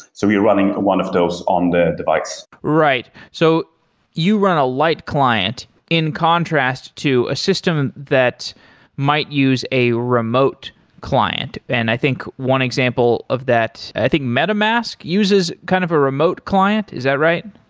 so we're running one of those on the device right. so you run a light client in contrast to a system that might use a remote client, and i think one example of that i think metamask uses kind of a remote client. is that right?